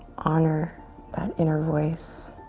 honor that inner voice